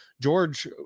George